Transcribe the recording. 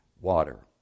water